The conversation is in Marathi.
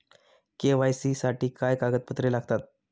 के.वाय.सी साठी काय कागदपत्रे लागतात?